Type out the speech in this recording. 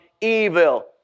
evil